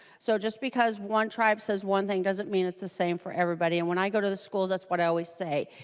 so just because one tribe says one thing doesn't mean it's the same for everybody and when i go to a school that's what i always say.